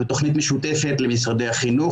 זו תכנית משותפת למשרדי החינוך,